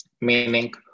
meaning